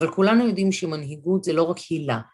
אבל כולנו יודעים שמנהיגות זה לא רק הילה.